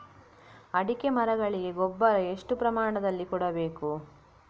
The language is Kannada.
ಅಡಿಕೆ ಮರಗಳಿಗೆ ಗೊಬ್ಬರ ಎಷ್ಟು ಪ್ರಮಾಣದಲ್ಲಿ ಕೊಡಬೇಕು?